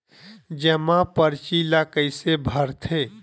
जमा परची ल कइसे भरथे?